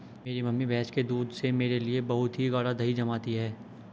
मेरी मम्मी भैंस के दूध से मेरे लिए बहुत ही गाड़ा दही जमाती है